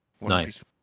Nice